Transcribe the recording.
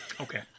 Okay